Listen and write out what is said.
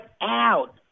out